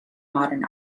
modern